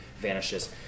vanishes